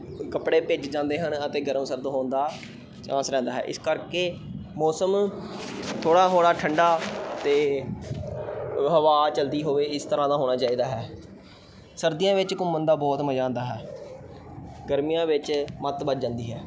ਕੱਪੜੇ ਭਿੱਜ ਜਾਂਦੇ ਹਨ ਅਤੇ ਗਰਮ ਸਰਦ ਹੋਣ ਦਾ ਚਾਂਸ ਰਹਿੰਦਾ ਹੈ ਇਸ ਕਰਕੇ ਮੌਸਮ ਥੋੜ੍ਹਾ ਥੋੜ੍ਹਾ ਠੰਡਾ ਅਤੇ ਹਵਾ ਚੱਲਦੀ ਹੋਵੇ ਇਸ ਤਰ੍ਹਾਂ ਦਾ ਹੋਣਾ ਚਾਹੀਦਾ ਹੈ ਸਰਦੀਆਂ ਵਿੱਚ ਘੁੰਮਣ ਦਾ ਬਹੁਤ ਮਜ਼ਾ ਆਉਂਦਾ ਹੈ ਗਰਮੀਆਂ ਵਿੱਚ ਮੱਤ ਵੱਜ ਜਾਂਦੀ ਹੈ